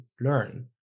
learn